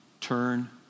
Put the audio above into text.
turn